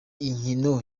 inkino